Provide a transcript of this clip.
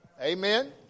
Amen